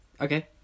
Okay